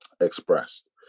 expressed